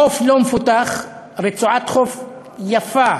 חוף לא מפותח, רצועת חוף יפה,